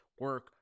Work